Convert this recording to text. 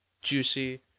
juicy